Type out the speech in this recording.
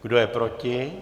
Kdo je proti?